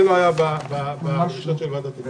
זה לא היה בדרישות של ועדת השרים.